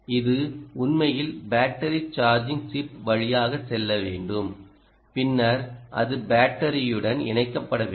இது உண்மையில் battery charging chip வழியாக செல்ல வேண்டும் பின்னர் அது பேட்டரியுடன் இணைக்கப்பட வேண்டும்